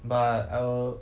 but I'll